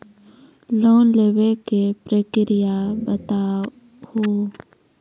Loan लेवे के प्रक्रिया बताहू?